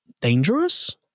Dangerous